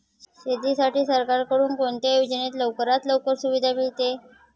शेतीसाठी सरकारकडून कोणत्या योजनेत लवकरात लवकर सुविधा मिळते?